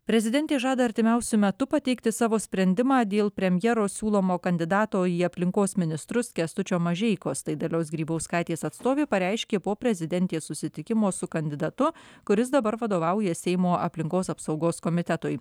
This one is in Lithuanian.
prezidentė žada artimiausiu metu pateikti savo sprendimą dėl premjero siūlomo kandidato į aplinkos ministrus kęstučio mažeikos tai dalios grybauskaitės atstovė pareiškė po prezidentės susitikimo su kandidatu kuris dabar vadovauja seimo aplinkos apsaugos komitetui